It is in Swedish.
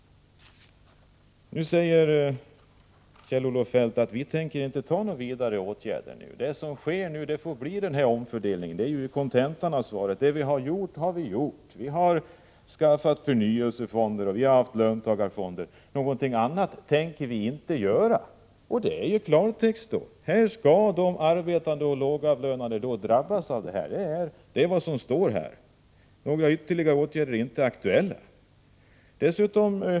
Nu säger Kjell-Olof Feldt att han inte tänker vidta någora ytterligare åtgärder. Den omfördelning som nu sker får bestå — det är kontentan av svaret. Det vi har gjort har vi gjort, säger Kjell-Olof Feldt. Vi har skaffat förnyelsefonder och löntagarfonder. Någonting annat tänker vi inte göra. Det är klartext. Här skall de arbetande och lågavlönade drabbas. Det är vad som står. Några ytterligare åtgärder är inte aktuella.